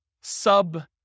sub